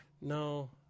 No